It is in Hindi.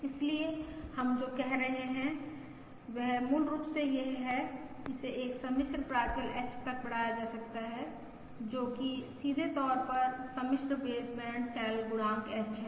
इसलिए हम जो कह रहे हैं वह मूल रूप से यह है इसे एक सम्मिश्र प्राचल H तक बढ़ाया जा सकता है जो कि सीधा तौर पर सम्मिश्र बेसबैंड चैनल गुणांक H है